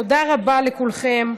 תודה רבה לכולכם.